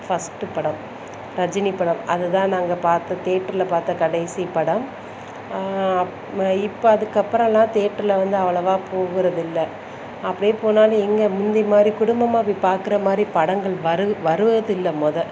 first படம் ரஜினி படம் அது தான் நாங்கள் பார்த்த தேட்டரில் பார்த்த கடைசி படம் ம இப்ப அதுக்கப்பறலாம் தேட்டருல வந்து அவ்ளவா போகிறதில்ல அப்படி போனாலும் எங்கே முந்தி மாதிரி குடும்பமாக போய் பார்க்கற மாதிரி படங்கள் வரும் வருவதில்லை முத